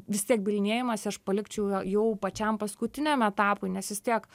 vis tiek bylinėjimąsi aš palikčiau jau pačiam paskutiniam etapui nes vis tiek